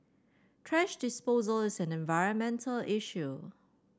thrash disposal is an environmental issue